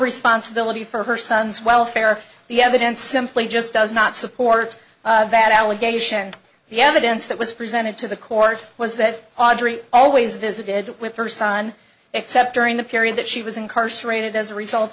responsibility for her son's welfare the evidence simply just does not support that allegation and the evidence that was presented to the court was that audrey always visited with her son except during the period that she was incarcerated as a result